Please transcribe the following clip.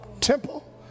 temple